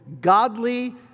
godly